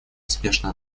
поспешно